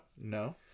no